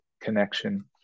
connection